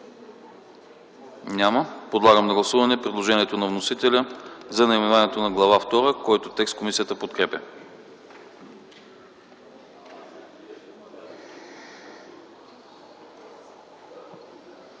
Няма. Подлагам на гласуване предложението на вносителя за наименованието на Глава първа, което комисията подкрепя.